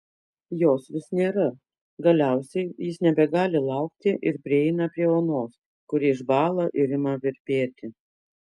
jos vis nėra galiausiai jis nebegali laukti ir prieina prie onos kuri išbąla ir ima virpėti